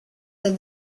that